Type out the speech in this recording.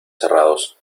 cerrados